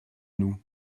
nous